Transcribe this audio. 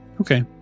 Okay